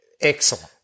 excellent